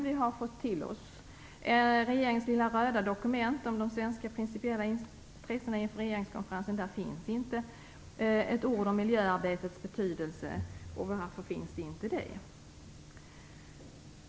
Vi har fått till oss regeringens lilla röda dokument om de svenska principiella intressena inför regeringskonferensen 1996. Där finns inte ett ord om miljöarbetets betydelse. Varför inte det?